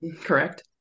Correct